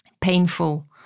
painful